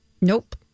Nope